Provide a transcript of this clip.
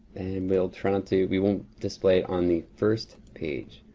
we'll try not to, we won't display on the first page.